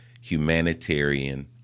Humanitarian